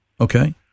Okay